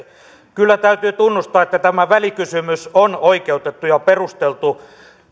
kyllä täytyy tunnustaa että tämä välikysymys on oikeutettu ja perusteltu